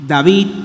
David